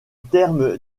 terme